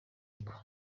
gukwa